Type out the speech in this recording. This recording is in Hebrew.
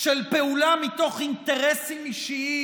של פעולה מתוך אינטרסים אישיים,